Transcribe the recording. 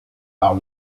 par